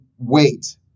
wait